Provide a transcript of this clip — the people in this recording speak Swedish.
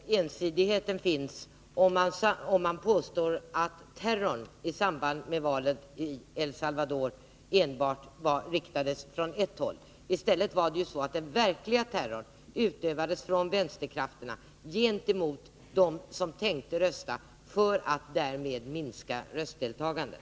Herr talman! Jag kan visa var ensidigheten finns genom att knyta an till påståendet att terrorn i samband med valet i El Salvador enbart utövades från ett håll. Den verkliga terrorn utövades ju av vänsterkrafterna, gentemot dem som tänkte rösta. Man ville därmed minska valdeltagandet.